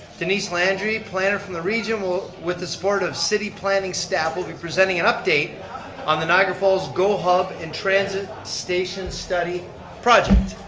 denise landry, planner from the region with the support of city planning staff will be presenting an update on the niagara falls go hub and transit station study project.